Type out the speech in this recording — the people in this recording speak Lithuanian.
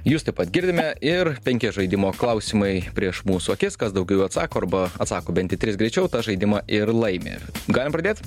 jūs taip pat girdime ir penki žaidimo klausimai prieš mūsų akis kas daugiau jų atsako arba atsako bent į tris greičiau tas žaidimą ir laimi galim pradėt